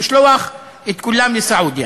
לשלוח את כולם לסעודיה.